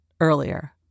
earlier